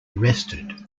arrested